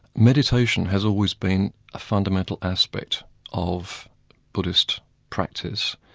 meditation has always been a fundamental aspect of buddhist practice,